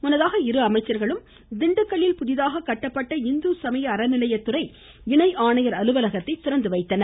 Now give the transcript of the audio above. முன்னதாக இரு அமைச்சர்களும் திண்டுக்கல்லில் புதிதாக கட்டப்பட்ட இந்து சமய அறநிலைய இணை ஆணையர் அலுவலகத்தை திறந்துவைத்தனர்